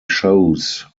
shows